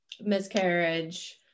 miscarriage